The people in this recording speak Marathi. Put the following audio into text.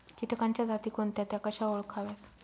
किटकांच्या जाती कोणत्या? त्या कशा ओळखाव्यात?